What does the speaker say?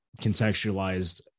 contextualized